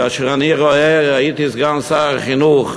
כאשר אני רואה, הייתי סגן שר החינוך,